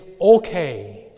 okay